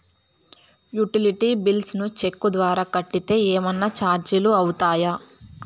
Utility bills ను cheque ద్వారా కట్టితే ఏమన్నా చార్జీలు అవుతాయా?